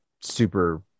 super